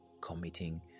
committing